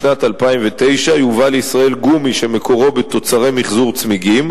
משנת 2009 יובא לישראל גומי שמקורו בתוצרי מיחזור צמיגים,